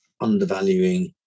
undervaluing